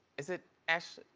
is it ash